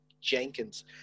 Jenkins